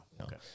okay